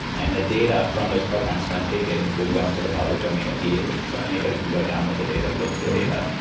and the data from those programs when taken would go into the public domain immediately, so anybody can go download the data, look at the data,